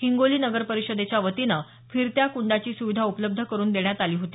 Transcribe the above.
हिंगोली नगरपरिषदेच्या वतीनं फिरत्या कुंडाची सुविधा उपलब्ध करुन देण्यात आली होती